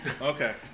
okay